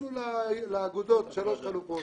נתנו לאגודות שלוש חלופות.